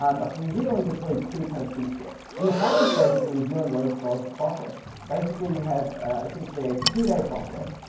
um but for new zealand, there's really two kind of key steps. in the final stage of the new zealand rhodes scholarship process, basically you have essentially a two-day process,